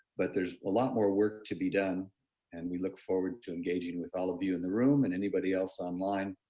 but there's a lot more work to be done and we look forward to engaging with all of you in the room and anybody else online.